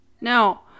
No